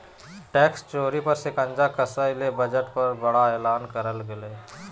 tax चोरी पर शिकंजा कसय ले बजट में बड़ा एलान कइल गेलय